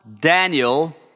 Daniel